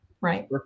right